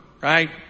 right